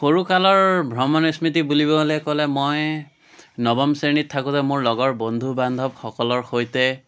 সৰু কালৰ ভ্ৰমণ স্মৃতি বুলিব হ'লে ক'লে মই নৱম শ্ৰেণীত থাকোঁতে মোৰ লগৰ বন্ধু বান্ধৱসকলৰ সৈতে